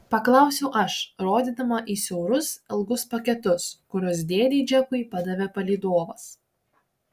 paklausiau aš rodydama į siaurus ilgus paketus kuriuos dėdei džekui padavė palydovas